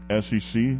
SEC